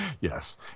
Yes